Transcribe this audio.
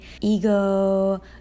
ego